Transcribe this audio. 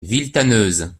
villetaneuse